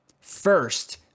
First